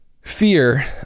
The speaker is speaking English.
fear